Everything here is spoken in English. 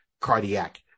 cardiac